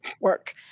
work